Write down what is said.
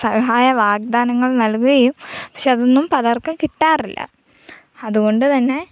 സഹായ വാഗ്ദാനങ്ങൾ നൽകുകയും പക്ഷേ അതൊന്നും പലർക്കും കിട്ടാറില്ല അതുകൊണ്ട് തന്നെ